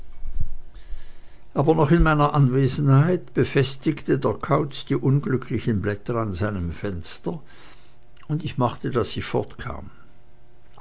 aber noch in meiner anwesenheit befestigte der kauz die unglücklichen blätter an seinem fenster und ich machte daß ich